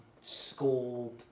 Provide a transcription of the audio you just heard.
school